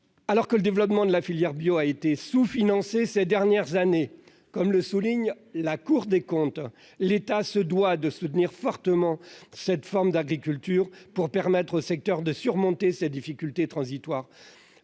Alors que son développement a été sous-financé ces dernières années, comme le souligne la Cour des comptes, l'État se doit de soutenir fortement la filière de l'agriculture biologique, afin de permettre au secteur de surmonter ces difficultés transitoires.